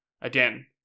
Again